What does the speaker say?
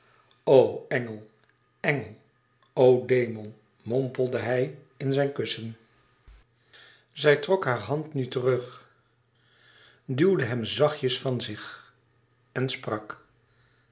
engel engel o demon mompelde hij in zijn kussen zij trok haar hand nu terug duwde hem zachtjes van zich en sprak